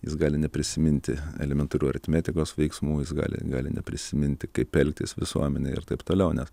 jis gali neprisiminti elementarių aritmetikos veiksmų jis gali gali neprisiminti kaip elgtis visuomenėje ir taip toliau nes